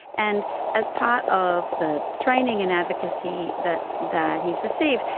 and as part of the training and advocacy that that he has received,